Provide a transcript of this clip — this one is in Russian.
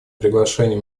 приглашение